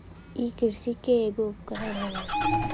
इ किरसी के ऐगो उपकरण होला